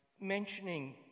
mentioning